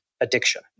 addiction